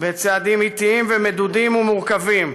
בצעדים אטיים, מדודים ומורכבים.